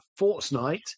fortnite